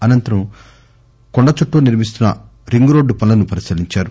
అనంతరం కొండచుట్టూ నిర్మిస్తున్న రింగు రోడ్డు పనులను పరిశీలించారు